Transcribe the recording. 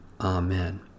Amen